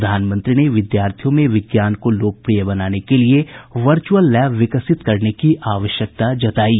प्रधानमंत्री ने विद्यार्थियों में विज्ञान को लोकप्रिय बनाने के लिए वर्चुअल लैब विकसित करने की आवश्यकता जतायी